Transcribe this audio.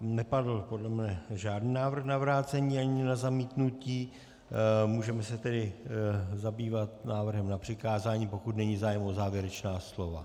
Nepadl podle mě žádný návrh na vrácení ani na zamítnutí, můžeme se tedy zabývat návrhem na přikázání, pokud není zájem o závěrečná slova.